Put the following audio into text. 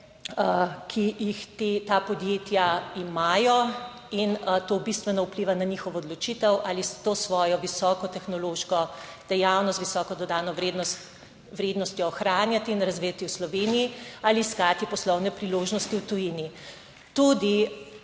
ki jih ta podjetja imajo in to bistveno vpliva na njihovo odločitev ali s to svojo visoko tehnološko dejavnost, visoko dodano vrednost, vrednostjo ohranjati in razvijati v Sloveniji ali iskati poslovne priložnosti v tujini. Tudi